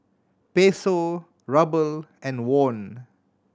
Peso Ruble and Won